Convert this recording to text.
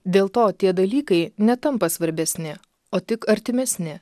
dėl to tie dalykai netampa svarbesni o tik artimesni